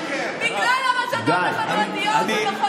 בגלל הרשתות החברתיות ומכונת הרעל.